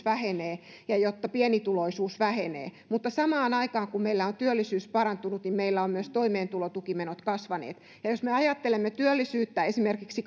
vähenee ja jotta pienituloisuus vähenee mutta samaan aikaan kun meillä on työllisyys parantunut meillä ovat myös toimeentulotukimenot kasvaneet ja jos me ajattelemme työllisyyttä esimerkiksi